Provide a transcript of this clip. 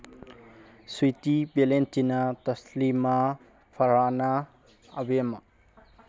ꯁ꯭꯭ꯋꯤꯇꯤ ꯚꯦꯂꯦꯟꯇꯤꯅꯥ ꯇꯁꯂꯤꯃꯥ ꯐꯔꯥꯅꯥ ꯑꯕꯦꯝꯃꯥ